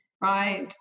right